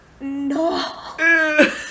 no